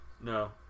no